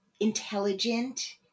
intelligent